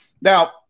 Now